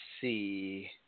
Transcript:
see